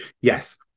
Yes